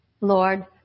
Lord